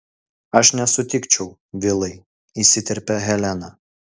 aš nesutikčiau vilai įsiterpia helena